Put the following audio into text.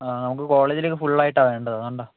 ആ നമുക്ക് കോളേജിലേക്ക് ഫുള്ളായിട്ടാണ് വേണ്ടത് അതുകൊണ്ടാണ്